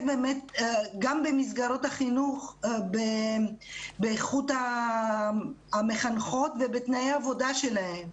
באמת גם במסגרת החינוך באיכות המחנכות ובתנאי העבודה שלהן.